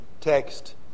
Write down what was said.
text